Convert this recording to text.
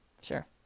sure